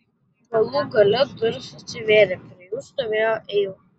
galų gale durys atsivėrė prie jų stovėjo eiva